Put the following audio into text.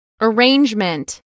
Arrangement